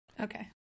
Okay